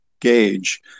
gauge